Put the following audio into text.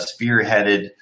spearheaded